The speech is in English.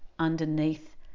underneath